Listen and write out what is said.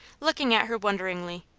looking at her wonderingly.